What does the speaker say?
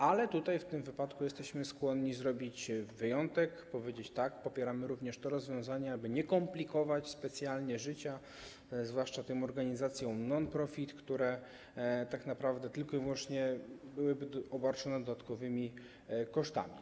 Ale w tym wypadku jesteśmy skłonni zrobić wyjątek, powiedzieć: tak, popieramy również to rozwiązanie, aby nie komplikować specjalnie życia, zwłaszcza tym organizacjom non-profit, które tak naprawdę tylko i wyłącznie byłyby obarczone dodatkowymi kosztami.